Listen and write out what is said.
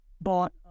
bought